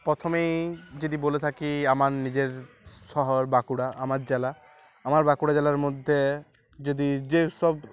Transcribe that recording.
প্রথমেই যদি বলে থাকি আমার নিজের শহর বাঁকুড়া আমার জেলা আমার বাঁকুড়া জেলার মধ্যে যদি যেসব